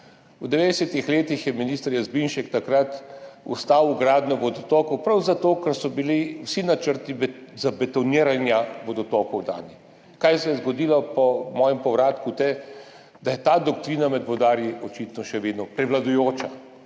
V 90. letih je minister Jazbinšek takrat ustavil gradnjo vodotokov prav zato, ker so bili dani vsi načrti za betoniranje vodotokov. Kaj se je zgodilo po mojem povratku? Da je ta doktrina med vodarji očitno še vedno prevladujoča.